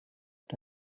mit